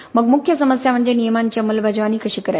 मग मुख्य समस्या म्हणजे नियमांची अंमलबजावणी कशी करायची